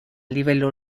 livello